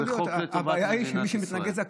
זה חוק לטובת מדינת ישראל.